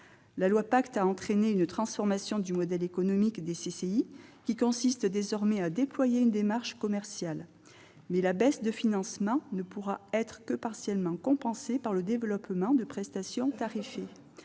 loi Pacte, a entraîné une transformation du modèle économique des CCI consistant désormais à déployer une démarche commerciale. Mais la baisse de financement ne pourra être que partiellement compensée par le développement de prestations tarifées.